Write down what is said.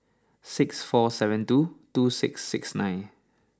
six four seven two two six six nine